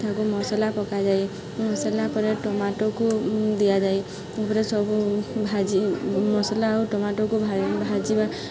ତାକୁ ମସଲା ପକାଯାଏ ମସଲା ପରେ ଟମାଟୋକୁ ଦିଆଯାଏ ତା'ପରେ ସବୁ ଭାଜି ମସଲା ଆଉ ଟମାଟୋକୁ ଭା ଭାଜିବା